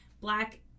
black